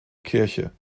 kirche